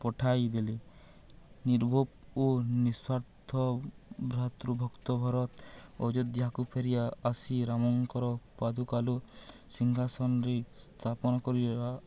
ପଠାଇ ଦେଲେ ନିର୍ଭୋପ ଓ ନିସ୍ଵାର୍ଥ ଭାତୃ ଭକ୍ତ ଭରତ ଅଯୋଧ୍ୟାକୁ ଫେରି ଆସି ରାମଙ୍କର ପାଦୁକାଲୁ ସିଂହାାସନରେ ସ୍ଥାପନ କରି